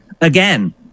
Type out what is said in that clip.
Again